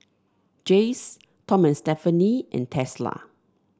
Jays Tom and Stephanie and Tesla